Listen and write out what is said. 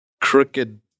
crooked